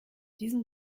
diesen